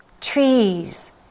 trees